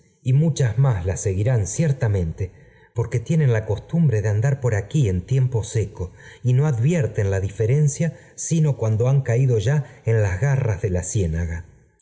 y muchas más las seguirán ciertamente porque tienen la ooetumbre de andar por aquí en tiempo seco y no advierten la diferencia smo cuando han caldo ya en las garras de la ciénaga